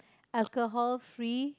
alcohol free